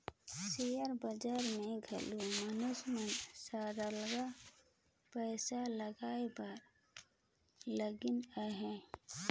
share बजार में घलो मइनसे मन सरलग पइसा लगाए बर लगिन अहें